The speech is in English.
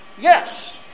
yes